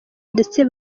ndetse